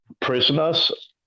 prisoners